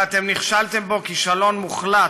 ואתם נכשלתם בו כישלון מוחלט.